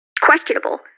questionable